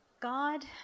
God